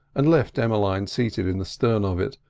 and left emmeline seated in the stern of it,